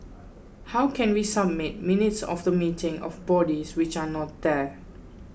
how can we submit minutes of the meeting of bodies which are not there